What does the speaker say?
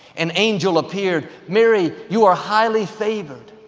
an angel appeared, mary, you are highly favored.